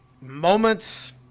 moments